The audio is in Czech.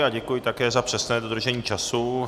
A děkuji také za přesné dodržení času.